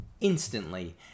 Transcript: instantly